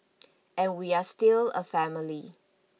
and we are still a family